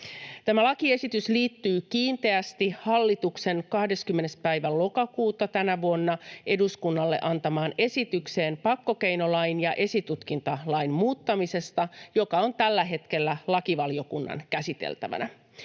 Tämä lakiesitys liittyy kiinteästi hallituksen 20. päivä lokakuuta tänä vuonna eduskunnalle antamaan esitykseen pakkokeinolain ja esitutkintalain muuttamisesta, joka on tällä hetkellä lakivaliokunnan käsiteltävänä.